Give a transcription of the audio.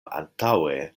antaŭe